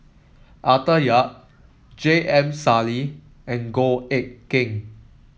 Arthur Yap J M Sali and Goh Eck Kheng